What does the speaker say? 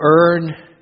earn